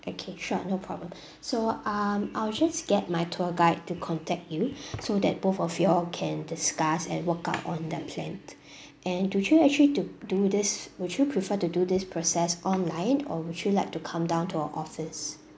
okay sure no problem so um I'll just get my tour guide to contact you so that both of you all can discuss and work out on the plan and do you actually to do this would you prefer to do this process online or would you like to come down to our office